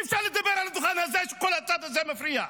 אי-אפשר לדבר על הדוכן הזה כשכל הצד הזה מפריע,